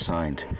Signed